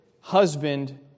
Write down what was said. husband